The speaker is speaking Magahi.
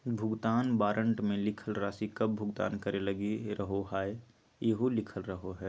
भुगतान वारन्ट मे लिखल राशि कब भुगतान करे लगी रहोहाई इहो लिखल रहो हय